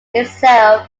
itself